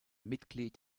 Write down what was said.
mitglied